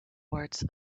words